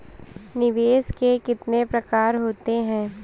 निवेश के कितने प्रकार होते हैं?